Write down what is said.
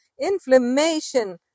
inflammation